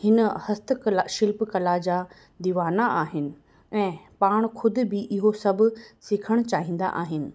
हिन हस्तकला शिल्पकला जा दीवाना आहिनि ऐं पाण ख़ुदि बि इहो सभु सिखणु चाहींदा आहिनि